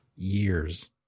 years